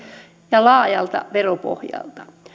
ja laajalta veropohjalta